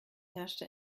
herrschte